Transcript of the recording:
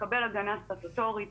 מקבל הגנה סטטוטורית,